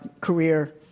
career